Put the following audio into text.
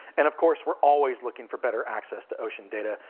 and of course, we're always looking for better access to ocean data,